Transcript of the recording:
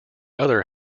other